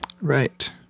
right